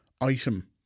item